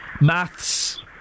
Maths